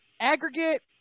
Aggregate